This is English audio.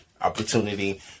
opportunity